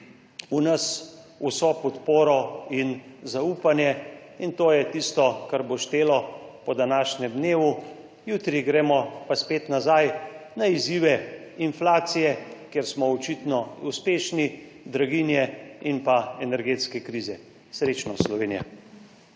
v nas vso podporo in zaupanje. In to je tisto, kar bo štelo po današnjem dnevu. Jutri gremo pa spet nazaj na izzive inflacije, kjer smo očitno uspešni, draginje in pa energetske krize. Srečno, Slovenija.